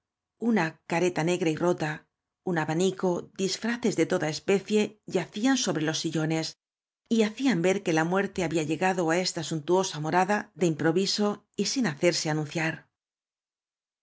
una carota negra y rota un abanico disfraces de toda especie yacían sobre jos sillones y hacían ver que la muerte había llegado á esta suntuosa morada de improviso y sin hacerse anunciar